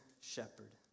shepherd